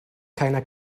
keiner